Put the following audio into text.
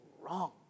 wrong